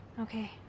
Okay